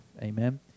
amen